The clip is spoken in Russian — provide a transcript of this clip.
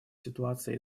ситуация